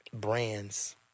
brands